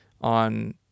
on